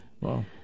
Wow